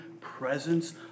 presence